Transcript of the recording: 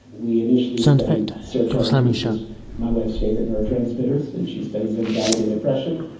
we initially studied serotonin, which is my wife's favourite neurotransmitter since she studies anxiety and depression,